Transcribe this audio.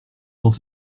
dans